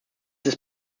ist